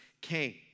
came